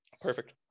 perfect